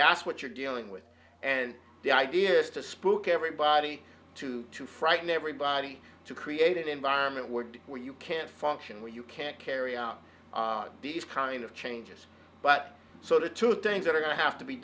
that's what you're dealing with and the idea is to spook everybody to to frighten everybody to create an environment where dick where you can't function when you can't carry out these kind of changes but so the two things that are have to be